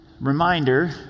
Reminder